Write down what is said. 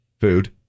Food